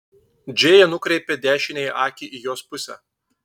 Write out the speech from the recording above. džėja nukreipė dešiniąją akį į jos pusę